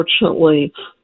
unfortunately